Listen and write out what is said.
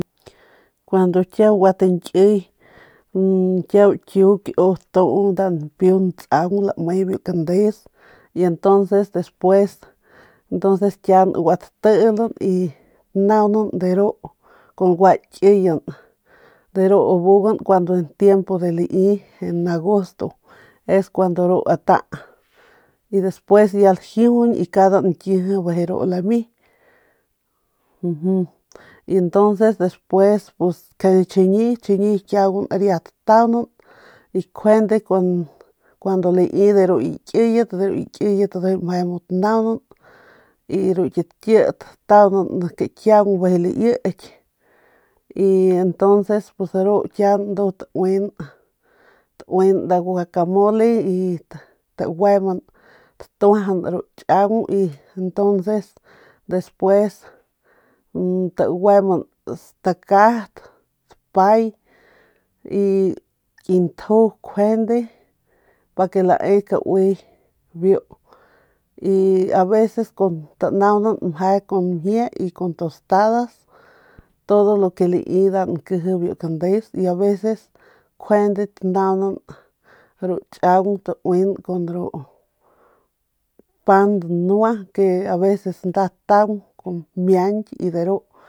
Cuando kiau gua ki tikiey kiau kiuk u tuu mpiu ntsang lme bi candis y entonces kian gua telen y tnanan deru con gua kieyet deru abugan kuando en tiempo en agosto cuando ru ata y despues ya ljijuñ ya nda nkieje limi entonces despues kjuende chiñi kiaun riat tanan y kjuende cuando lii deru ki kieyet deru ki kieyet tnan y ru kit kiet ttanan kkian liek y entonces ru kian tuen nda guakamole y tagueman y tujan ru chiaung y entonces despues tgueman stakat dpay y ki ntju kjuende pa que lae kaui biu y aveces cuando tnan mje con mjie y con tostadas todo lo que lii nda nkeje bi kandes aveces kjuende tnan ru chiaun tuen con ru pan dnua que aveces nda tan con mianki y deru nda lancalp nda lsue biu biu biu pan dnua entoces bibiu nda lankalp kjuende tueban dpay stacat y igual y entonces bijiy tauin biu tanaunan kjuende y aveces taue nkjuende kara mjie diyet kjuende taguemp de ru chaung ke nu nami kada nep kuent nep ma ne de ru takalban aveces rakjial pagas como asi diyet ru mjie de ru takalban ru chaung y de ru nu namip y kun nda ki ntju kataju kun ru stakat y ru stikiuang ñkijily y taunan naunan nip dañu me pero kumu kanuye ma pur npiay ke de ru tauin y siempre nda ma nme biu kandes ke nu nda mnamip aveces nda mang naung y bi ya bu nda lame y nkjuande aveces tanaunan kun ru mjie daua ke tauin ke ndu peje nju bikiuang ke nda lantuaja lankasp ramjie y kjuende dapay peje kjuende stakat y meje nep ndu kjuende peje ru chaung.